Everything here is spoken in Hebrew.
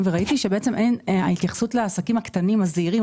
וראיתי שבקושי הייתה התייחסות לעסקים הזעירים,